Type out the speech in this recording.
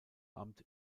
amt